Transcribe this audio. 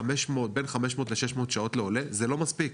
בין 500 ל-600 שעות לעולה, זה לא מספיק,